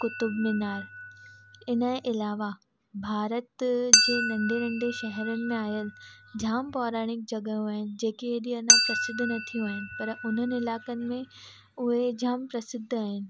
कुतुब मीनार इनजे इलावा भारत जे नंढे नंढे शहरनि में आयल जाम पौराणिक जॻहियूं आहिनि जेकी एॾी अञा प्रसिद्ध न थियूं आहिनि पर उन्हनि इलाइक़नि में उहे जाम प्रसिद्ध आहिनि